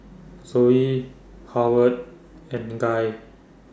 Zoe Howard and Guy